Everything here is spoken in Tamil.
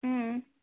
ம்